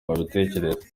babitekereza